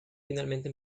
finalmente